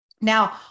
Now